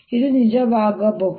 ಇದು ನಿಜವಾಗಬಹುದೇ